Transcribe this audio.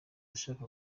ashaka